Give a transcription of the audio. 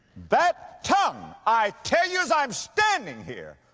that tongue, i tell you as i'm standing here,